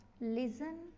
listen